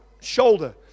shoulder